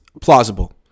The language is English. plausible